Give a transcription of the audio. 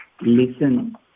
listen